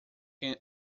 can